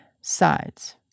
sides